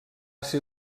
ser